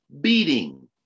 beating